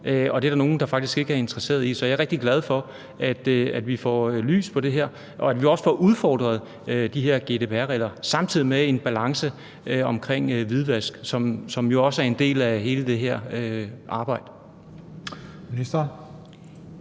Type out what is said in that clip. og det er der nogen, der faktisk ikke er interesseret i. Så jeg er rigtig glad for, at vi får det her belyst, og at vi også får udfordret de her GDPR-regler, samtidig med at det er i balance med hvidvaskreglerne, som jo også er en del af hele det her arbejde.